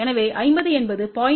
எனவே 50 என்பது 0